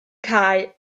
cau